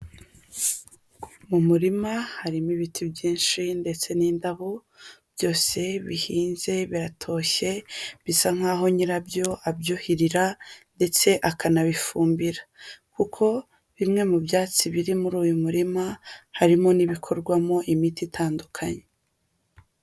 Mu murima harimo ibiti byinshi ndetse n'indabo, byose bihinze biratoshye bisa nkaho nyirabyo abyuhirira ndetse akanabifumbira kuko bimwe mu byatsi biri muri uyu murima harimo n'ibikorwamo imiti itandukanye.